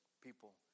people